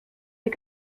des